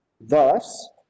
Thus